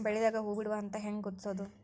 ಬೆಳಿದಾಗ ಹೂ ಬಿಡುವ ಹಂತ ಹ್ಯಾಂಗ್ ಗುರುತಿಸೋದು?